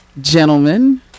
gentlemen